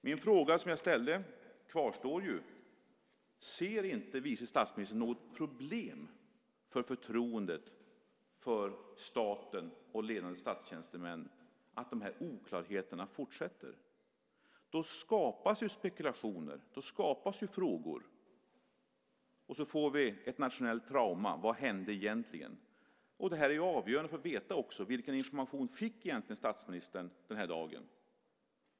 Den fråga som jag ställde kvarstår: Ser inte vice statsministern något problem för förtroendet för staten och ledande statstjänstemän med att de här oklarheterna fortsätter? Då skapas ju spekulationer och frågor, och så får vi ett nationellt trauma där vi frågar oss vad som egentligen hände. Det här är avgörande för att man ska veta vilken information statsministern egentligen fick den här dagen.